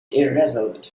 irresolute